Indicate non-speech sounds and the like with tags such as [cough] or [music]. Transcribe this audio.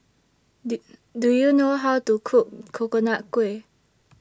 [noise] Do YOU know How to Cook Coconut Kuih